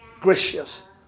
gracious